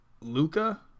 Luca